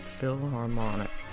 Philharmonic